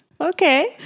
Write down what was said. Okay